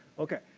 okay,